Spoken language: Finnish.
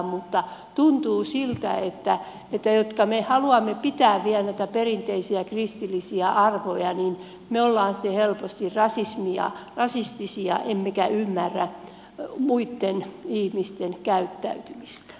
mutta tuntuu siltä että me jotka haluamme pitää vielä näitä perinteisiä kristillisiä arvoja olemme helposti rasistisia emmekä ymmärrä muitten ihmisten käyttäytymistä